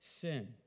sin